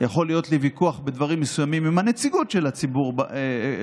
יכול להיות לי ויכוח בדברים מסוימים עם הנציגות של הציבור בבית,